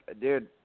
dude